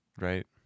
right